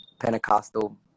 pentecostal